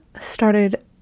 started